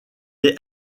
est